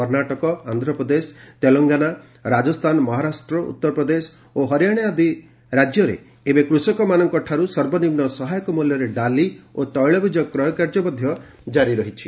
କର୍ଣ୍ଣାଟକ ଆନ୍ଧ୍ରପ୍ରଦେଶ ତେଲଙ୍ଗନା ରାଜସ୍ଥାନ ମହାରାଷ୍ଟ୍ର ଉତ୍ତରପ୍ରଦେଶ ଓ ହରିଆଣା ଆଦି ରାଜ୍ୟରେ ଏବେ କୃଷକମାନଙ୍କଠାରୁ ସର୍ବନିମ୍ନ ସହାୟକ ମୂଲ୍ୟରେ ଡାଲି ଓ ତୈଳବିଜ କ୍ରୟ କାର୍ଯ୍ୟ ମଧ୍ୟ ଜାରି ରହିଛି